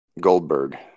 Goldberg